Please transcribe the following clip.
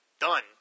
done